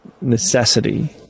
necessity